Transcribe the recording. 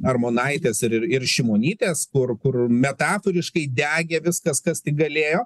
armonaitės ir ir šimonytės kur kur metaforiškai degė viskas kas tik galėjo